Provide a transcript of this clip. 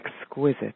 exquisite